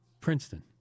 Princeton